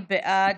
מי בעד?